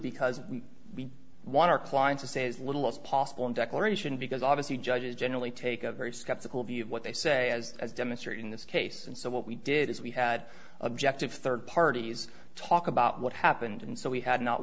because we want our client to say as little as possible in declaration because obviously judges generally take a very skeptical view of what they say as as demonstrated in this case and so what we did is we had objective third parties talk about what happened and so we had not